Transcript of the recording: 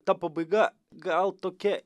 ta pabaiga gal tokia